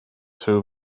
too